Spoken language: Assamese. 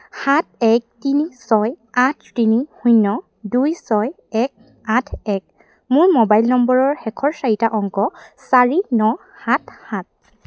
সাত এক তিনি ছয় আঠ তিনি শূন্য দুই ছয় এক আঠ এক মোৰ মোবাইল নম্বৰৰ শেষৰ চাৰিটা অংক চাৰি ন সাত সাত